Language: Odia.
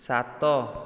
ସାତ